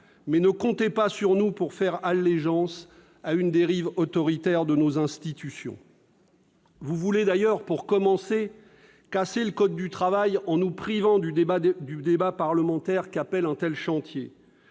Mais ne comptez pas sur nous pour faire allégeance à une dérive autoritaire de nos institutions. Vous voulez d'ailleurs, pour commencer, casser le code du travail en nous privant du débat parlementaire qu'appelle un tel chantier.